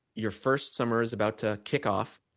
your first summer is about to kick off